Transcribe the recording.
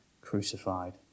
crucified